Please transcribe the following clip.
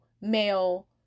male